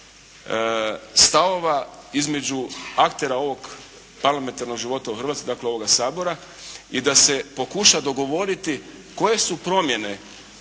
stavova između aktera ovog parlamentarnog života u Hrvatskoj, dakle ovoga Sabora i da se pokuša dogovoriti koje su promjene